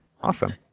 Awesome